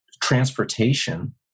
transportation